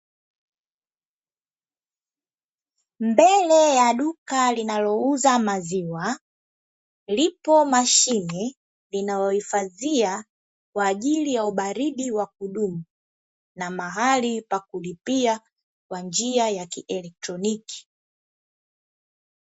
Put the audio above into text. Mbele ya duka linalouza maziwa, lipo mashine inayohifadhia kwa ajili ya ubaridi wa kudumu, na mahali pa kulipia kwa njia ya kielektroniki.